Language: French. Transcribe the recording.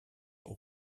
pour